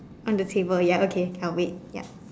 on the table ya okay can wait ya